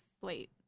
slate